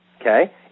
Okay